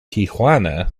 tijuana